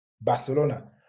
barcelona